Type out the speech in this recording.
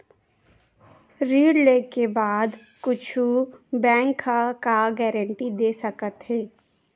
ऋण लेके बाद कुछु बैंक ह का गारेंटी दे सकत हे?